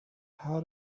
how